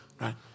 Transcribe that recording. right